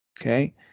Okay